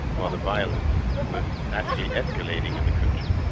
while the violence was actually escalating in the country.